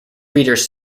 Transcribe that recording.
readers